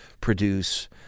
produce